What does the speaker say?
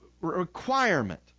requirement